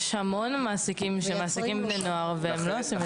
אבל יש המון שמעסיקים בני נוער ולא עושים את זה.